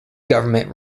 government